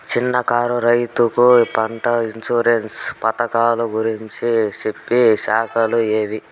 చిన్న కారు రైతుకు పంట ఇన్సూరెన్సు పథకాలు గురించి చెప్పే శాఖలు ఏవి?